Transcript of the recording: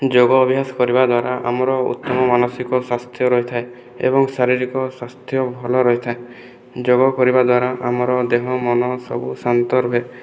ଯୋଗ ଅଭ୍ୟାସ କରିବାଦ୍ୱାରା ଆମର ଉତ୍ତମ ମାନସିକ ସ୍ଵାସ୍ଥ୍ୟ ରହିଥାଏ ଏବଂ ଶାରୀରିକ ସ୍ଵାସ୍ଥ୍ୟ ଭଲ ରହିଥାଏ ଯୋଗ କରିବାଦ୍ଵାରା ଆମର ଦେହ ମନ ସବୁ ଶାନ୍ତ ରୁହେ